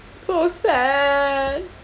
so sad